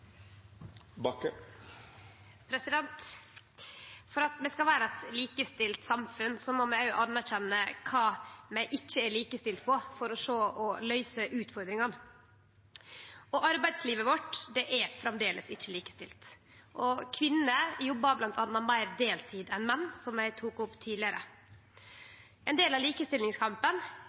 skal vere eit likestilt samfunn må vi òg anerkjenne kva vi ikkje er likestilte på, for å sjå og løyse utfordringane. Arbeidslivet vårt er framleis ikkje likestilt, og kvinner jobbar bl.a. meir deltid enn menn, som eg tok opp tidlegare. Ein del av likestillingskampen